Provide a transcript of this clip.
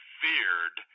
feared